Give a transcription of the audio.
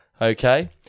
okay